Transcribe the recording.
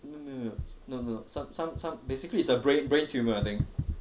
no no no no some some some basically it's a brain tumor I think